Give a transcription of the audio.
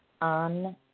on